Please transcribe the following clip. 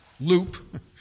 loop